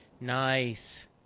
Nice